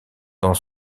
dans